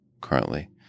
currently